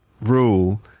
rule